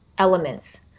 elements